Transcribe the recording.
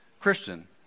Christian